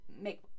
make